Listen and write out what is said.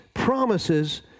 promises